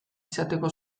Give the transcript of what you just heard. izateko